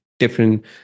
different